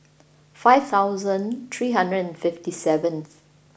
five thousand three hundred and fifty seventh